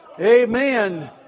Amen